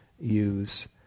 use